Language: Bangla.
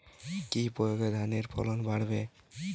কি প্রয়গে ধানের ফলন বাড়বে?